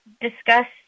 discussed